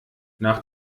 nach